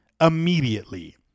immediately